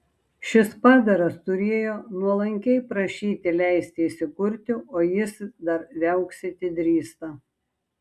šis padaras turėjo nuolankiai prašyti leisti įsikurti o jis dar viauksėti drįsta